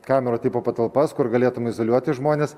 kamerų tipo patalpas kur galėtume izoliuoti žmones